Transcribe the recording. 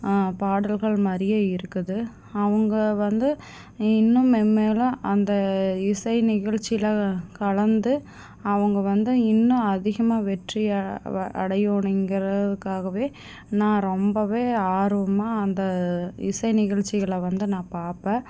பாடல்கள் மாறியே இருக்குது அவங்க வந்து இன்னும் மென் மேலும் அந்த இசை நிகழ்ச்சியில் கலந்து அவங்க வந்து இன்னும் அதிகமாக வெற்றி அடையணுங்குறக்காகவே நான் ரொம்பவே ஆர்வமாக அந்த இசை நிகழ்ச்சிகளை வந்து நான் பார்ப்பேன்